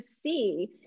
see